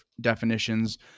definitions